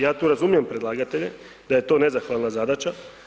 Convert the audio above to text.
Ja tu razumijem predlagatelje da je to nezahvalna zadaća.